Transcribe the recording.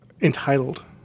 entitled